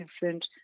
different